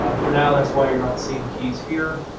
ah for now, that's why you're not seeing keys here.